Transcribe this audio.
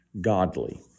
godly